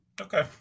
Okay